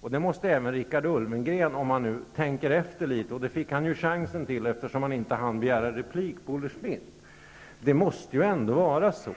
Om Richard Ulfvengren tänker efter litet -- och det fick han chansen till, eftersom han inte hann att begära replik på Olle Schmidts anförande --, måste han ändå inse